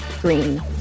Green